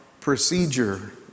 procedure